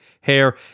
hair